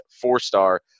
four-star